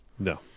No